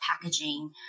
packaging